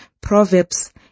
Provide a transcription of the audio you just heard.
proverbs